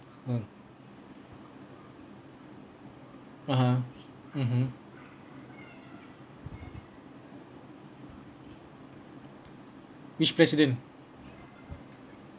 mm (uh huh) mmhmm which president